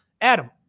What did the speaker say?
Adam